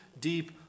deep